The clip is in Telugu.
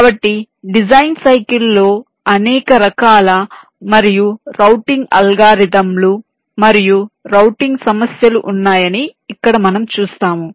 కాబట్టి డిజైన్ సైకిల్ లో అనేక రకాల మరియు రౌటింగ్ అల్గోరిథం లు మరియు రౌటింగ్ సమస్యలు ఉన్నాయని ఇక్కడ మనం చూస్తాము